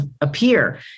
appear